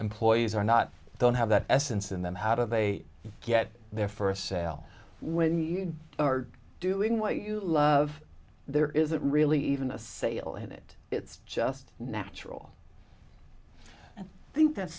employees are not don't have that essence in them how do they get their first sale when you are doing what you love there isn't really even a sale in it it's just natural i think that's